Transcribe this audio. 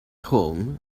home